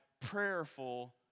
prayerful